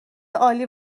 عالی